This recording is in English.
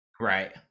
right